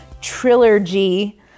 trilogy